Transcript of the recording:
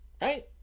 right